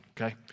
okay